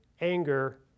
anger